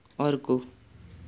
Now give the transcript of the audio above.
अर्को